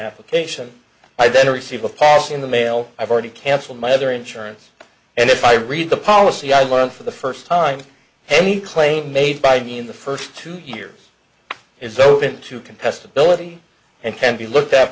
application i don't receive a policy in the mail i've already cancelled my other insurance and if i read the policy i learn for the first time any claim made by me in the first two years is open to contestability and can be looked at